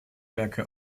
werke